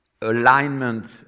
alignment